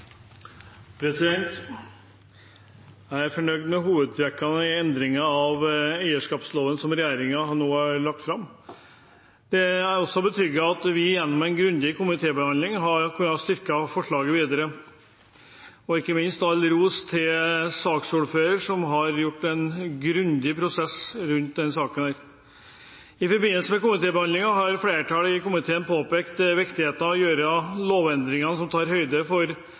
fornøyd med hovedtrekkene i forslagene til endring av eierseksjonsloven, som regjeringen nå har lagt fram. Jeg er også betrygget av at vi gjennom en grundig komitébehandling har kunnet styrke forslagene ytterligere. Jeg vil ikke minst gi all ros til saksordføreren, som har ført en grundig prosess rundt denne saken. I forbindelse med komitébehandlingen har flertallet i komiteen påpekt viktigheten av å gjøre lovendringer som tar høyde for